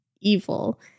evil